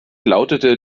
lautete